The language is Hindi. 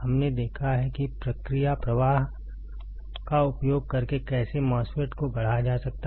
हमने देखा है कि प्रक्रिया प्रवाह का उपयोग करके कैसे MOSFET को गढ़ा जा सकता है